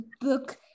book